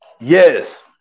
Yes